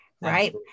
right